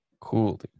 Cool